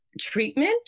treatment